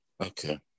Okay